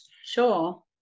Sure